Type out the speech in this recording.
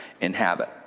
inhabit